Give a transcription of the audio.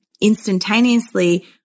instantaneously